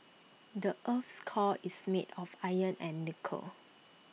the Earth's core is made of iron and nickel